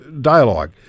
dialogue